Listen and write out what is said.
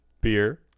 Beer